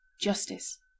justice